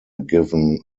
given